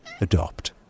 Adopt